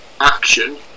action